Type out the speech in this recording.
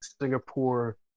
singapore